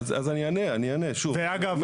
ואגב,